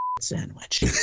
sandwich